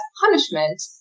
punishment